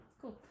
cool